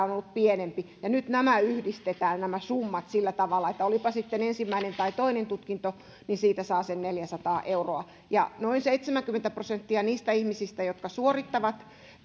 on ollut pienempi nyt yhdistetään nämä summat sillä tavalla että olipa ensimmäinen tai toinen tutkinto niin siitä saa sen neljäsataa euroa noin seitsemänkymmentä prosenttia niistä ihmisistä jotka suorittavat